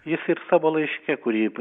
jis ir savo laiške kurį